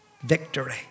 victory